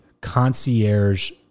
concierge